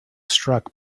struck